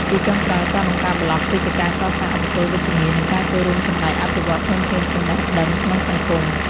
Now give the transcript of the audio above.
ជាចុងក្រោយ ការបង្កើតប្លក់គឺជាការកសាងឥទ្ធិពលវិជ្ជមាន និងការចូលរួមចំណែកអភិវឌ្ឍធនធានចំណេះដឹងក្នុងសង្គម។